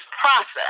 process